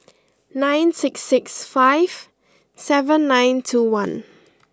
nine six six five seven nine two one